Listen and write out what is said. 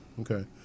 Okay